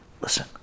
listen